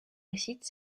récite